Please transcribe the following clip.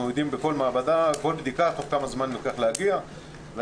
אנחנו יודעים בכל מעבדה בכל בדיקה תוך כמה זמן לוקח להגיע לתשובות.